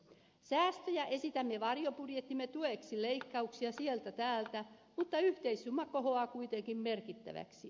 säästöjä esitämme varjobudjettimme tueksi leikkauksia sieltä täältä mutta yhteissumma kohoaa kuitenkin merkittäväksi